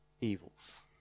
evils